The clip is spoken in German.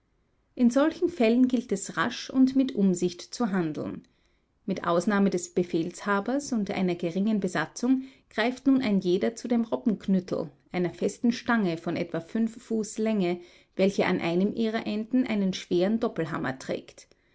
in solchen fällen gilt es rasch und mit umsicht zu handeln mit ausnahme des befehlshabers und einer geringen besatzung greift nun ein jeder zu dem robbenknüttel einer festen stange von etwa fünf fuß länge welche an einem ihrer enden einen schweren doppelhammer trägt